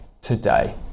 today